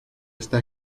está